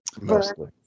mostly